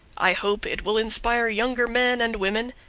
i hope it will inspire younger men and women,